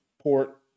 port